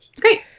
Great